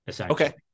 Okay